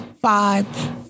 five